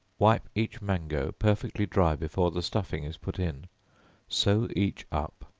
wipe each mango perfectly dry before the stuffing is put in sew each up,